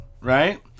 right